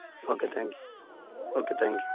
okay thank you okay thank you